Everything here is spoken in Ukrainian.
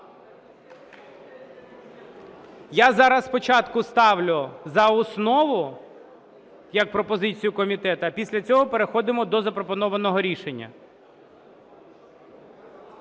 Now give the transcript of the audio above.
Я зараз спочатку ставлю за основу як пропозицію комітету, а після цього переходимо до запропонованого рішення.